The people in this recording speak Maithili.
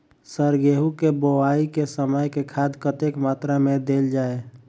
सर गेंहूँ केँ बोवाई केँ समय केँ खाद कतेक मात्रा मे देल जाएँ?